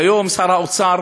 כיום שר האוצר